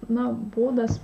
na būdas